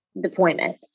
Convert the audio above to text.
deployment